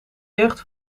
jeugd